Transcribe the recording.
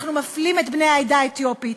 אנחנו מפלים את בני העדה האתיופית,